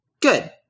Good